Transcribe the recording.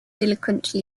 delinquent